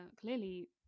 clearly